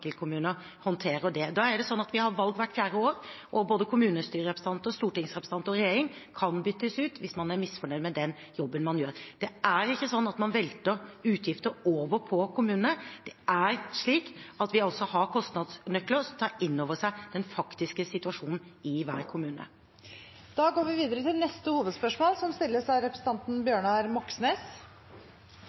er misfornøyd med hvordan enkeltkommuner håndterer dem. Vi har valg hvert fjerde år, og både kommunestyrerepresentanter, stortingsrepresentanter og regjering kan byttes ut hvis man er misfornøyd med jobben som gjøres. Det er ikke sånn at man velter utgifter over på kommunene. Det er slik at vi har kostnadsnøkler som tar inn over seg den faktiske situasjonen i hver kommune. Vi går videre til neste hovedspørsmål. Sist uke kom en ny rapport fra Telemarksforsking som